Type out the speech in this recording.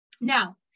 now